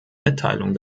mitteilung